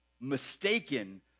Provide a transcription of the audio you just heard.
mistaken